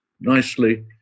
nicely